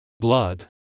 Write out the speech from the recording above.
Blood